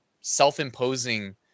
self-imposing